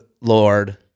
Lord